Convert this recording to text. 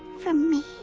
for me.